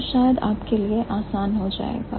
तो शायद आपके लिए आसान हो जाएगा